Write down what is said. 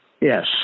Yes